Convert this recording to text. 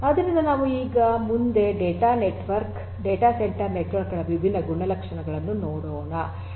ಆದ್ದರಿಂದ ನಾವು ಮುಂದೆ ಈ ಡೇಟಾ ಸೆಂಟರ್ ನೆಟ್ವರ್ಕ್ ಗಳ ವಿಭಿನ್ನ ಗುಣಲಕ್ಷಣಗಳನ್ನು ನೋಡೋಣ